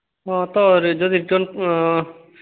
ହଁ ତ ଯଦି ରିଟର୍ନ